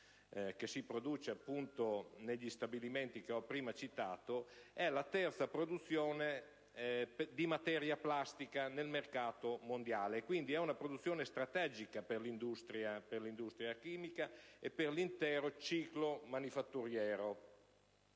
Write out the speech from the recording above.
che si produce appunto negli stabilimenti che ho prima citato, è la terza produzione di materia plastica nel mercato mondiale: quindi, è una produzione strategica per l'industria chimica e per l'intero ciclo manifatturiero.